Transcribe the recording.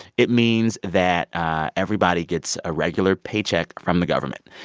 it means that everybody gets a regular paycheck from the government.